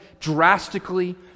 Drastically